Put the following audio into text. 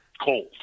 cold